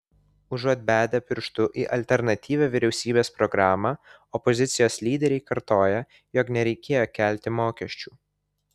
užuot bedę pirštu į alternatyvią vyriausybės programą opozicijos lyderiai kartoja jog nereikėjo kelti mokesčių